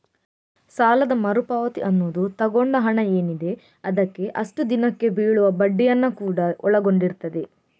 ಸಾಲದ ಮರು ಪಾವತಿ ಅನ್ನುದು ತಗೊಂಡ ಹಣ ಏನಿದೆ ಅದಕ್ಕೆ ಅಷ್ಟು ದಿನಕ್ಕೆ ಬೀಳುವ ಬಡ್ಡಿಯನ್ನ ಕೂಡಾ ಒಳಗೊಂಡಿರ್ತದೆ